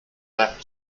left